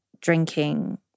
drinking